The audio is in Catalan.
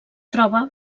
troba